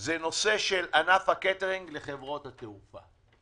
זה נושא של ענף הקייטרינג לחברות התעופה.